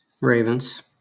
Ravens